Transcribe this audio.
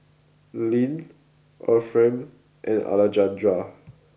Leann Efrem and Alejandra